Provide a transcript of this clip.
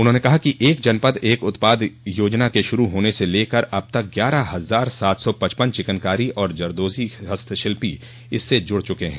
उन्होंने कहा कि एक जनपद एक उत्पाद योजना के शुरू होने से लेकर अब तक ग्यारह हजार सात सौ पचपन चिकनकारी और जरदोज़ी हस्तशिल्पी इससे जुड़ चुके हैं